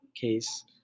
case